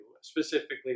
specifically